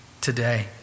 today